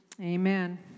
Amen